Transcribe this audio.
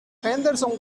henderson